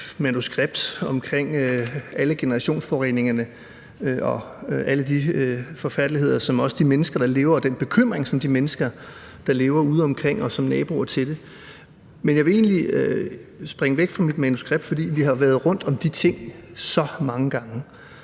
manuskript om alle generationsforureningerne og alle de forfærdelige ting, som også de mennesker, der lever ude omkring og som naboer til dem, oplever, og den bekymring, de har. Men jeg vil egentlig springe væk fra mit manuskript, for vi har været rundt om de ting så mange gange.